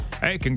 hey